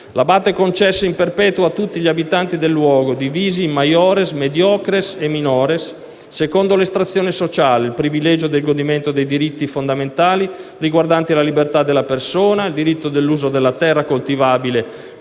L'Abate concesse in perpetuo a tutti gli abitanti del luogo, divisi in *maiores, mediocres* e *minores*, secondo l'estrazione sociale, il privilegio del godimento dei diritti fondamentali riguardanti la libertà della persona, il diritto dell'uso della terra coltivabile